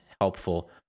helpful